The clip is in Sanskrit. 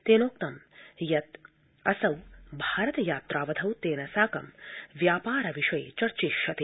तेनोक्तं यत् असौ भारत यात्रावधौ तेन साकं व्यापार विषये चर्चिष्यते